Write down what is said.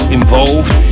involved